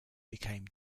became